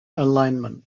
alignment